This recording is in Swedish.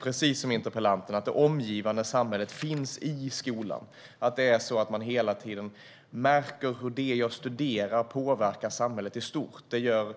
Precis som interpellanten tycker jag att det är viktigt att det omgivande samhället finns i skolan och att eleverna hela tiden märker hur det de studerar påverkar samhället i stort.